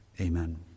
Amen